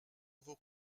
vos